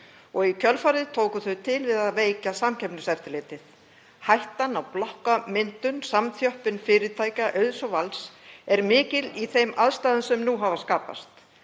og í kjölfarið tóku þau til við að veikja Samkeppniseftirlitið. Hættan á blokkamyndun, samþjöppun fyrirtækja, auðs og valds, er mikil í þeim aðstæðum sem nú hafa skapast.